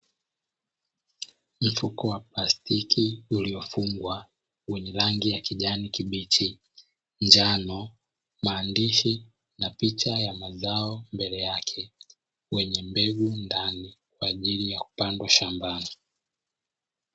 Mfuko wa plastiki uliofungwa wenye rangi ya kijani kibichi, njano, maandishi na picha ya mazao mbele yake yenye mbegu ndani kwa ajili ya kupandwa shambani.